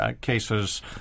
cases